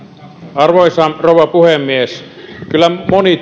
arvoisa rouva puhemies kyllä moni